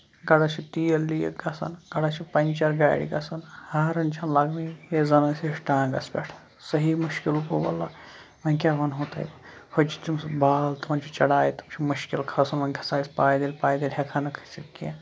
گرا چھُ تیٖل لیٖک گژھان گرا چھُ پنچر گاڑِ گژھان ہارن چھنہٕ لگنٕے یا زَن ٲسۍ أسۍ ٹانگس پٮ۪ٹھ صحیح مُشکِل گوٚو وَلہہ وَن کیاہ وَنہوو تۄہہِ ہہ تہِ چھِ تِم بال تِمن چھِ چڑایہِ تِمن چھُ واریاہ مُشکِل کھسُن وۄنۍ کھسہٕ ہو أسۍ پایدٔل پایدٔل ہٮ۪کہو نہٕ کھٔسِتھ کیٚنٛہہ